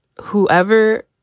whoever